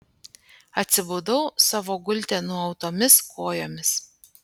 atsibudau savo gulte nuautomis kojomis